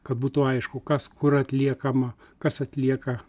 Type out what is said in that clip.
kad būtų aišku kas kur atliekama kas atlieka